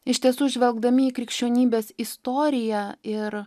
iš tiesų žvelgdami į krikščionybės istoriją ir